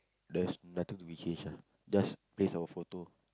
there's nothing to be changed just place our photo